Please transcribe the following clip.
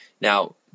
Now